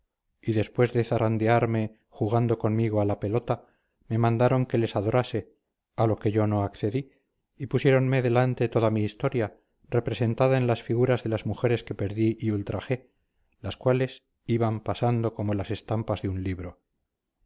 y después de zarandearme jugando conmigo a la pelota me mandaron que les adorase a lo que yo no accedí y pusiéronme delante toda mi historia representada en las figuras de las mujeres que perdí y ultrajé las cuales iban pasando como las estampas de un libro